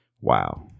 Wow